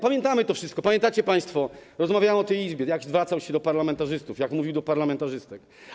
Pamiętamy to wszystko, pamiętacie państwo - rozmawiamy o tej Izbie - jak zwracał się do parlamentarzystów, jak mówił do parlamentarzystek.